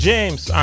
James